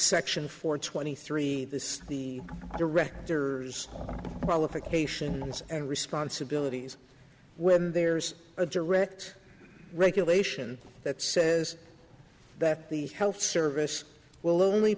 section for twenty three this is the director's qualifications and responsibilities when there's a direct regulation that says that the health service will only